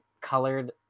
colored